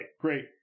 Great